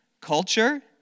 culture